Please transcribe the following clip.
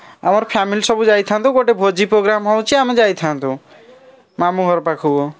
ଆମ ଫ୍ୟାମିଲି ସବୁ ଯାଇଥାନ୍ତୁ ଗୋଟିଏ ଭୋଜି ପ୍ରୋଗ୍ରାମ୍ ହେଉଛି ଆମେ ଯାଇଥାନ୍ତୁ ମାମୁଁ ଘର ପାଖକୁ